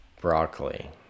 broccoli